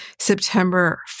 September